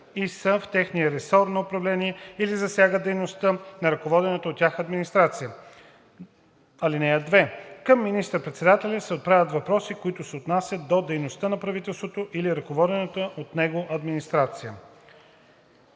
и са в техния ресор на управление или засягат дейността на ръководената от тях администрация. (2) Към министър-председателя се отправят въпроси, които се отнасят до дейността на правителството или ръководената от него администрация.“